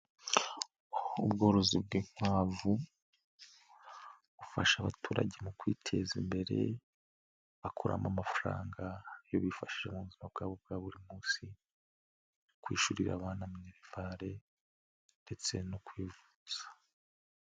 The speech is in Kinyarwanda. Ubworozi bw'inkwavu, bufasha abaturage mu kwiteza imbere, bakuramo amafaranga yo bifashi muzima bwabo bwa buri munsi, kwishyurira abana munerivare ndetse no kwivuza.